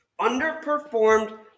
underperformed